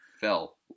fell